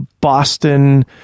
Boston